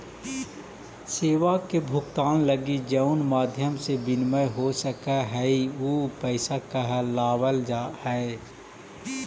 सेवा के भुगतान लगी जउन माध्यम से विनिमय हो सकऽ हई उ पैसा कहलावऽ हई